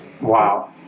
Wow